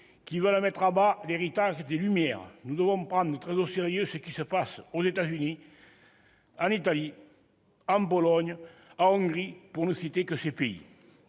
qui veulent mettre à bas l'héritage des Lumières. Nous devons prendre très au sérieux ce qui se passe aux États-Unis, en Italie, en Pologne ou en Hongrie, pour ne citer que ces pays.